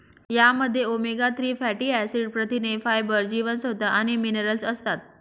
यामध्ये omega three fatty acid, प्रथिने, fibre, जीवनसत्व आणि मिनरल्स असतात